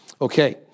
Okay